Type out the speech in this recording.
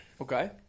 Okay